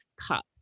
cup